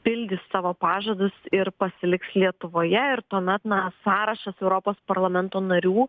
pildys savo pažadus ir pasiliks lietuvoje ir tuomet na sąrašas europos parlamento narių